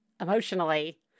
emotionally